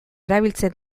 erabiltzen